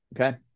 Okay